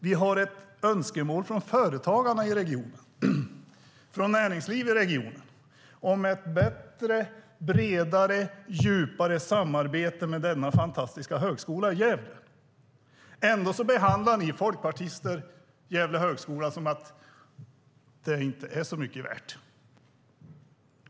Vi har ett önskemål från företagarna och näringslivet i regionen om ett bättre, bredare och djupare samarbete med denna fantastiska högskola i Gävle. Ändå behandlar ni folkpartister Gävle högskola som något som inte är mycket värt.